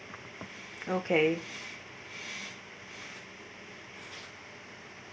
okay